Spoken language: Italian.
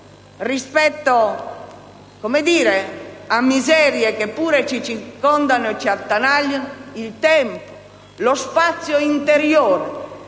rispetto a miserie che pure ci circondano e attanagliano, il tempo e lo spazio interiore